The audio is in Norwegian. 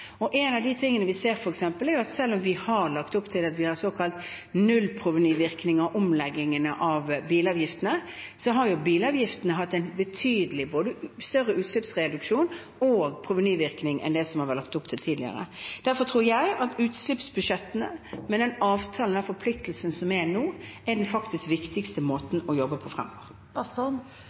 En av de tingene vi ser, er f.eks. at selv om vi har lagt opp til såkalt null-provenyvirkning av omleggingen av bilavgiftene, så har bilavgiftene ført til både en betydelig større utslippsreduksjon og provenyvirkning enn det som det var lagt opp til tidligere. Derfor tror jeg at utslippsbudsjettene, med den avtalen og den forpliktelsen som er nå, faktisk er den viktigste måten å jobbe på fremover.